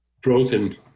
broken